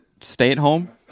stay-at-home